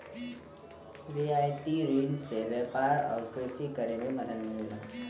रियायती रिन से व्यापार आउर कृषि करे में मदद मिलला